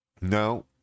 No